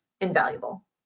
invaluable